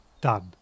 done